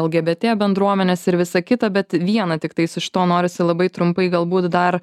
lgbt bendruomenės ir visa kita bet viena tiktais iš to norisi labai trumpai galbūt dar